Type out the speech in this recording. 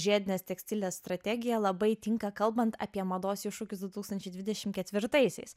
žiedinės tekstilės strategiją labai tinka kalbant apie mados iššūkius du tūkstančiai dvidešim ketvirtaisiais